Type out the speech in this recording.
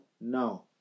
now